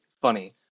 funny